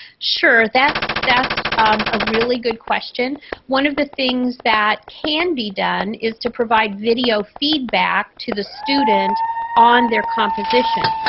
sure, that's that's a really good question one of the things that can be done is to provide video feedback to the student on their composition.